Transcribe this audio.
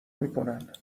میکنن